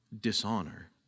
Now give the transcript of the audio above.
dishonor